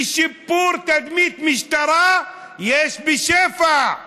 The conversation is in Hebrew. לשיפור תדמית המשטרה, יש בשפע,